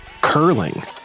curling